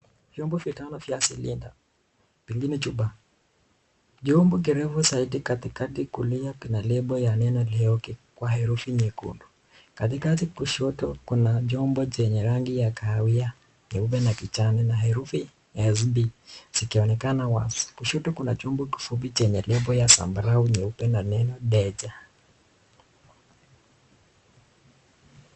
Vyombo vitano vya silinda. Pengine chupa. Chombo kirefu zaidi katikati kulia kina lebo ya neno Leoki kwa herufi nyekundu. Katikati kushoto kuna chombo chenye rangi ya kahawia, nyeupe na kijani na herufi SP zikionekana wazi. Kushoto kuna chombo kifupi chenye lebo ya sambarau, nyeupe na neno Deja